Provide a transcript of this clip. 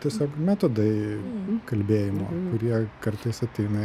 tiesiog metodai kalbėjimo kartais ateina